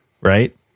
Right